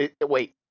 Wait